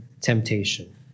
temptation